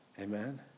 Amen